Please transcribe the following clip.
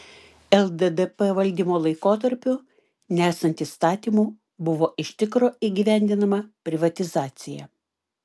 lddp valdymo laikotarpiu nesant įstatymų buvo iš tikro įgyvendinama privatizacija